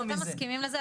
אתם מסכימים לזה?